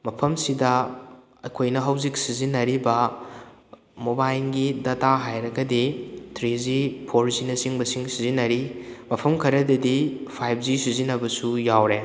ꯃꯐꯝꯁꯤꯗ ꯑꯩꯈꯣꯏꯅ ꯍꯧꯖꯤꯛ ꯁꯤꯖꯤꯟꯅꯔꯤꯕ ꯃꯣꯕꯥꯏꯜꯒꯤ ꯗꯇꯥꯥ ꯍꯥꯏꯔꯒꯗꯤ ꯊ꯭ꯔꯤ ꯖꯤ ꯐꯣꯔ ꯖꯤꯅ ꯆꯤꯡꯕꯁꯤꯡ ꯁꯤꯖꯤꯟꯅꯔꯤ ꯃꯐꯝ ꯈꯔꯗꯗꯤ ꯐꯥꯏꯕ ꯖꯤ ꯁꯤꯖꯤꯟꯅꯕꯁꯨ ꯌꯥꯎꯔꯦ